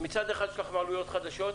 שמצד אחד יש לכם עלויות חדשות,